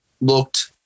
looked